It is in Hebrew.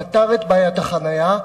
פתר את בעיית החנייה,